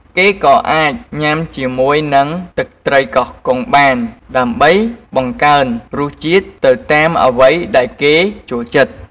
គេក៏អាចញ៉ាំជាមួយនឹងទឹកត្រីកោះកុងបាន ដើម្បីបង្កើនរសជាតិទៅតាមអ្វីដែលគេចូលចិត្ត។